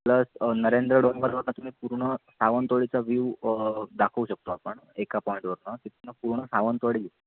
plus Narendra डोंगरवरून तुम्ही पूर्ण सावंतवाडीचा व्यू दाखवू शकतो आपण एका पॉईंटवरून तिथून पूर्ण सावंतवाडी